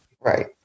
Right